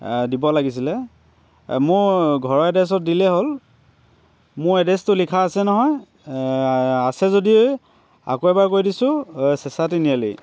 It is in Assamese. দিব লাগিছিলে মোৰ ঘৰৰ এড্ৰেছত দিলেই হ'ল মোৰ এড্ৰেছটো লিখা আছে নহয় আছে যদি আকৌ এবাৰ কৈ দিছোঁ চেঁচা তিনিআলি